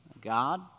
God